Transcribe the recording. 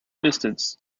distance